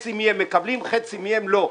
חצי מהם מקבלים וחצי מהם לא מקבלים,